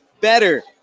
better